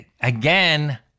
again